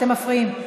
אתם מפריעים,